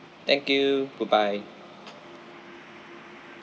thank you goodbye